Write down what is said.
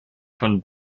von